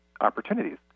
opportunities